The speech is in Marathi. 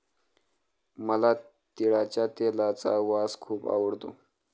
मला तिळाच्या तेलाचा वास खूप आवडतो